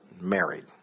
married